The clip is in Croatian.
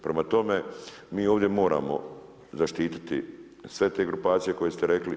Prema tome, mi ovdje moramo zaštiti sve te grupacije koje ste rekli.